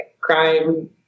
crime